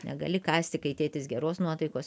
negali kąsti kai tėtis geros nuotaikos